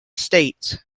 states